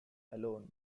alone